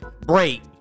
break